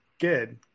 Good